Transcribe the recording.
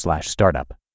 startup